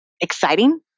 exciting